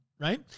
right